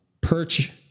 Perch